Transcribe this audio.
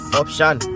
option